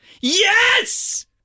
Yes